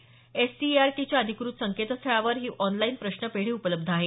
एससीईआरटीच्या अधिकृत संकेतस्थळावर ही ऑनलाइन प्रश्नपेढी उपलब्ध आहे